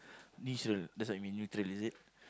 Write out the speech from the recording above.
neutral that's what you mean neutral is it